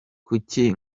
kuki